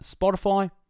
Spotify